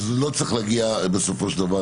לא צריך להגיע למלונית.